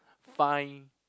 fine